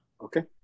Okay